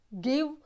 give